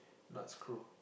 nut screw